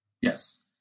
Yes